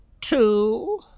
two